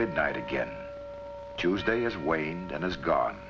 midnight again tuesday is waned and has gone